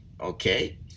Okay